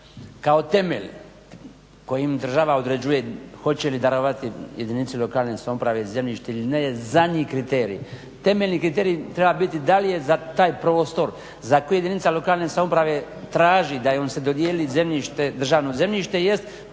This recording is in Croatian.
kao temelj kojim država određuje hoće li darovati jedinici lokalne samouprave zemljište ili ne, zadnji kriterij. Temeljni kriterij treba biti da li je za taj prostor za koje jedinice lokalne samouprave traži da joj se dodjeli državno zemljište jest ima